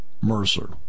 Mercer